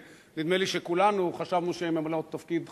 ונדמה לי שכולנו חשבנו שהן ממלאות תפקיד חשוב,